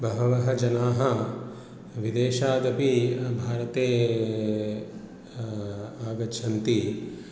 बहवः जनाः विदेशादपि भारते आगच्छन्ति